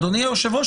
אדוני היושב ראש,